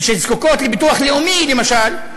שזקוקות לביטוח לאומי, למשל,